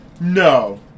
No